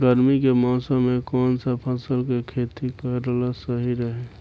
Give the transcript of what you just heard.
गर्मी के मौषम मे कौन सा फसल के खेती करल सही रही?